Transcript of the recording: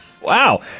Wow